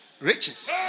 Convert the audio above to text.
riches